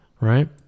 Right